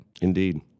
Indeed